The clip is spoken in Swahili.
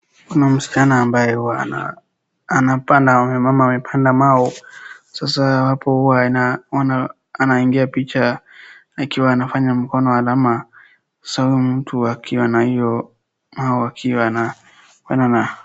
Kuna msichana ambaye huwa anapanda ama amepanda mau sasa hapo hua inaona anaingia picha akiwa anafanya mkono alama. Sasa huyu mtu akiwa na hiyo mau akiwa ana kwenda na.